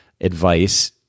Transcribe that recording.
advice